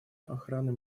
охраны